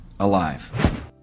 Alive